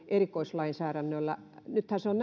erikoislainsäädäntöä nythän se on